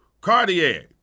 Cartier